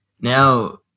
Now